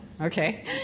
okay